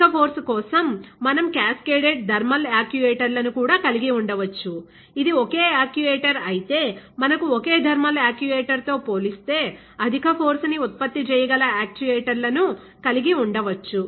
అధిక ఫోర్స్ కోసం మనం క్యాస్కేడెడ్ థర్మల్ యాక్యుయేటర్ల ను కూడా కలిగి ఉండవచ్చు ఇది ఒకే యాక్యుయేటర్ అయితే మనకు ఒకే థర్మల్ యాక్యుయేటర్ తో పోలిస్తే అధిక ఫోర్స్ని ఉత్పత్తి చేయగల యాక్చుయేటర్లను కలిగి ఉండవచ్చు